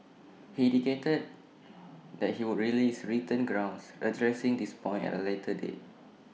he indicated that he would release written grounds addressing this point at A later date